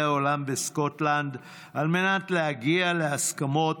העולם בסקוטלנד על מנת להגיע להסכמות